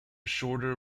shorter